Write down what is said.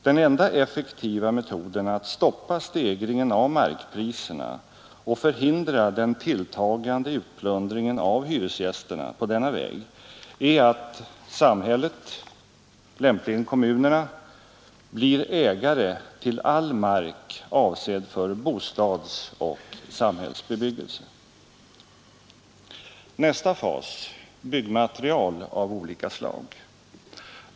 Den enda effektiva metoden att stoppa stegringen av markpriserna och förhindra den tilltagande utplundringen av hyresgästerna på denna väg är att samhället, lämpligen kommunerna, blir ägare till all mark avsedd för bostadsoch samhällsbebyggelse. Nästa fas — byggmaterial av olika slag.